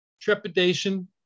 trepidation